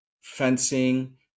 fencing